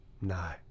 no